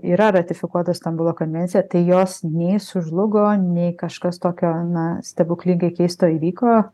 yra ratifikuota stambulo konvencija tai jos nei sužlugo nei kažkas tokio na stebuklingai keisto įvyko